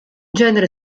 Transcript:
genere